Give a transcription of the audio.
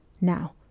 Now